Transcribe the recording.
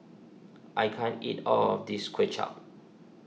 I can't eat all of this Kuay Chap